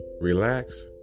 relax